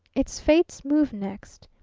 it's fate's move next.